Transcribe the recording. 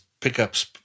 pickups